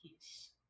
peace